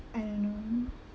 I don't know